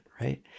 right